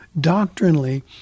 doctrinally